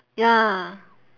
ya